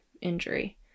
injury